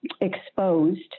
exposed